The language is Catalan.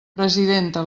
presidenta